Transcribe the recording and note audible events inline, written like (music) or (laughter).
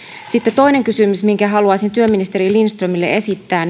sitten toinen kysymys minkä haluaisin työministeri lindströmille esittää (unintelligible)